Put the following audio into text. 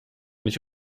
nicht